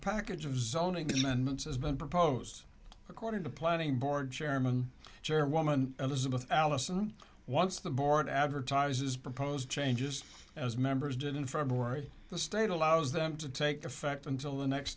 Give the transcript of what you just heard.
package of zoning that amendments has been proposed according to planning board chairman chairwoman elizabeth allison once the board advertises proposed changes as members did in february the state allows them to take effect until the next